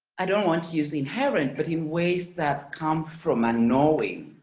i don't want to use inherent, but in ways that come from a knowing